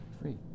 free